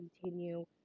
continue